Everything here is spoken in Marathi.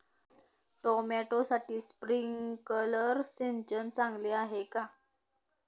टोमॅटोसाठी स्प्रिंकलर सिंचन चांगले आहे का?